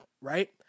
right